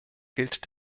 gilt